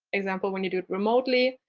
example, when you do it remotely.